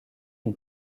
une